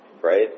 right